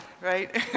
right